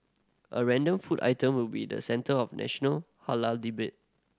a random food item will be the centre of national halal debate